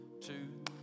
two